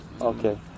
Okay